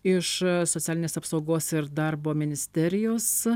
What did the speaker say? iš socialinės apsaugos ir darbo ministerijos